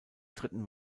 dritten